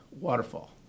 Waterfall